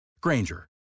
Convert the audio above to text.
Granger